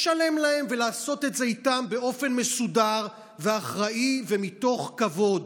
ישלמו להם ויעשו את זה איתם באופן מסודר ואחראי ומתוך כבוד.